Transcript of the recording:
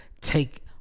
Take